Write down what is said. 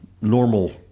normal